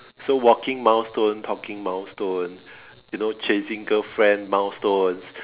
so walking milestone talking milestone you know chasing girlfriend milestones